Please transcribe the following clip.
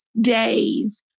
days